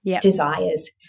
desires